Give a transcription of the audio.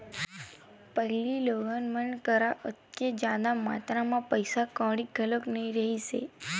पहिली लोगन मन करा ओतेक जादा मातरा म पइसा कउड़ी घलो नइ रिहिस हे